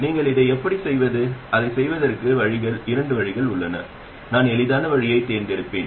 நீங்கள் அதை எப்படி செய்வது அதைச் செய்வதற்கு இரண்டு வழிகள் உள்ளன நான் எளிதான வழியைத் தேர்ந்தெடுப்பேன்